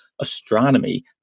astronomy